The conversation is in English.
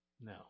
No